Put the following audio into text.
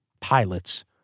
pilots